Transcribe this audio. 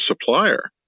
supplier